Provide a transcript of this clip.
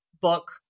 book